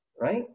right